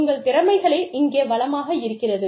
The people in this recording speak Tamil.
உங்கள் திறமைகளே இங்கே வளமாக இருக்கிறது